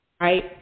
Right